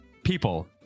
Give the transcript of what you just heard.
People